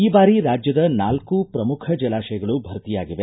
ಈ ಬಾರಿ ರಾಜ್ಯದ ನಾಲ್ಕೂ ಪ್ರಮುಖ ಜಲಾಶಯಗಳು ಭರ್ತಿಯಾಗಿವೆ